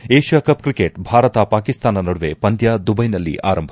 ಮತ್ತು Asia cup cricket Bharat Pakistan ನಡುವೆ ಪಂದ್ಯ ದುಬೈನಲ್ಲಿ ಆರಂಭ